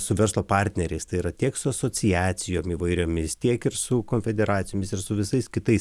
su verslo partneriais tai yra tiek su asociacijom įvairiomis tiek ir su konfederacijomis ir su visais kitais